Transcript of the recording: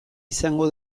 izango